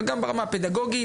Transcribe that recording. אבל גם ברמה הפדגוגית,